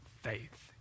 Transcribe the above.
faith